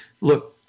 look